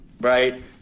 Right